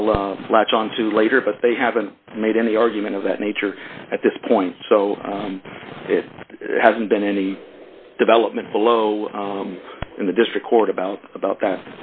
they latch on to later but they haven't made any argument of that nature at this point so it hasn't been any development below in the district court about about that